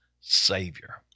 Savior